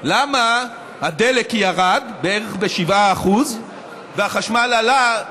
למה הדלק ירד בערך ב-7% והחשמל עלה,